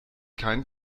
kein